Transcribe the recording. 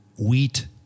wheat